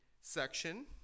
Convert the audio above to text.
section